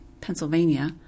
Pennsylvania